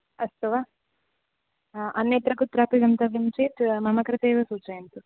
अस्तु वा हा अन्यत्र कुत्रापि गन्तव्यं चेत् मम कृते एव सूचयन्तु